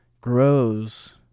grows